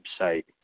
website